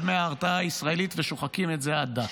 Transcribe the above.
מההרתעה הישראלית ושוחקים את זה עד דק.